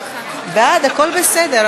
הכול בסדר,